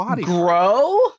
grow